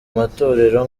matorero